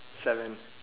seven